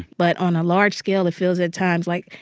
but on a large scale, it feels at times like,